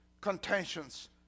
contentions